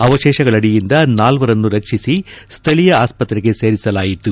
ಅವಶೇಷಗಳಡಿಯಿಂದ ನಾಲ್ವರನ್ನು ರಕ್ಷಿಸಿ ಸ್ಥಳೀಯ ಆಸ್ಪತ್ರೆಗೆ ಸೇರಿಸಲಾಯಿತು